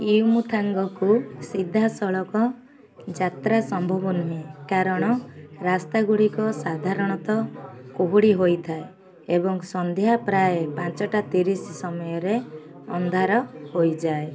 ୟୁମଥାଙ୍ଗକୁ ସିଧାସଳଖ ଯାତ୍ରା ସମ୍ଭବ ନୁହେଁ କାରଣ ରାସ୍ତାଗୁଡ଼ିକ ସାଧାରଣତଃ କୁହୁଡ଼ି ହୋଇଥାଏ ଏବଂ ସନ୍ଧ୍ୟା ପ୍ରାୟ ପାଞ୍ଚଟା ତିରିଶ ସମୟରେ ଅନ୍ଧାର ହୋଇଯାଏ